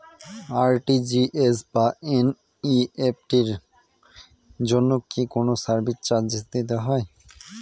RTGS বা NEFT এর জন্য কি কোনো সার্ভিস চার্জ দিতে হয়?